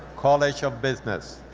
college of business.